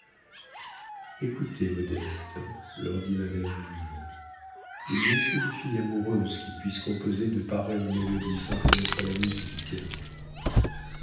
écoutez modeste leur dit madame mignon il n'y a qu'une fille amoureuse qui puisse composer de pareilles mélodies sans connaître la musique